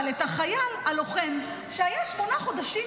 אבל את החייל הלוחם שהיה שמונה חודשים